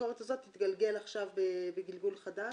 הביקורת הזאת תתגלגל עכשיו בגלגול חדש.